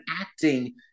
acting